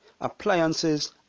appliances